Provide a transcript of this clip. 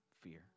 fear